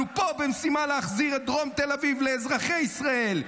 אנחנו פה במשימה להחזיר את דרום תל אביב לאזרחי ישראל.